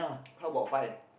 how about five